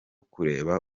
kureba